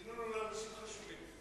צינון הוא לאנשים חשובים.